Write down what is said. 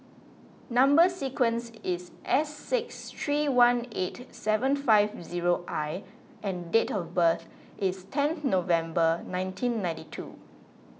Number Sequence is S six three one eight seven five zero I and date of birth is ten November nineteen ninety two